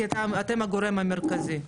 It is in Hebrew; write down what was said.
כי אתם הגורם המרכזי.